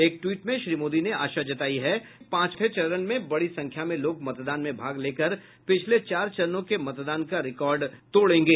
एक ट्वीट में श्री मोदी ने आशा जतायी है कि पांचवां चरण में बड़ी संख्या में लोग मतदान में भाग लेकर पिछले चार चरणों के मतदान का रिकॉर्ड तोड़ेंगे